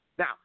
Now